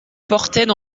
portaient